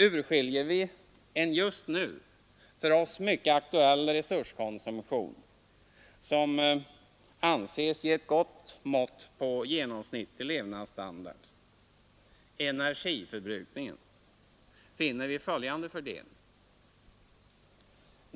Urskiljer vi en just nu för oss mycket aktuell resurskonsumtion som anses ge ett gott mått på genomsnittlig levnadsstandard, energiförbrukningen, finner vi följande fördelning.